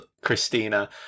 Christina